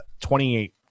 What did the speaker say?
28